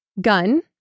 Gun